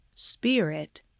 spirit